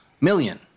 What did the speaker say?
Million